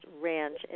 Ranch